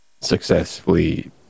successfully